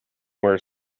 where